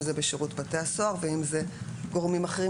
אם זה בשירות בתי הסוהר ואם זה גורמים אחרים